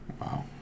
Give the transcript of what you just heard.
wow